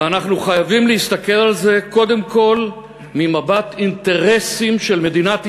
ואנחנו חייבים להסתכל על זה קודם כול ממבט האינטרסים של מדינת ישראל,